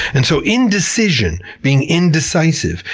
and so indecision, being indecisive,